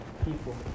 People